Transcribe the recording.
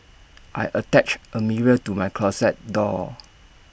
I attached A mirror to my closet door